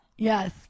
Yes